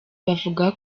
bavuga